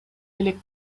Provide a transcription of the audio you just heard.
элек